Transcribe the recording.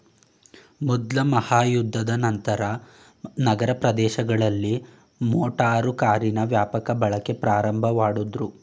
ಮೊದ್ಲ ಮಹಾಯುದ್ಧದ ನಂತ್ರ ನಗರ ಪ್ರದೇಶಗಳಲ್ಲಿ ಮೋಟಾರು ಕಾರಿನ ವ್ಯಾಪಕ ಬಳಕೆ ಪ್ರಾರಂಭಮಾಡುದ್ರು